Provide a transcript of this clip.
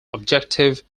objective